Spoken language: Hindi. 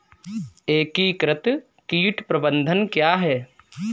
एकीकृत कीट प्रबंधन क्या है?